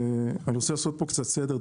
אני רוצה לעשות פה קצת סדר.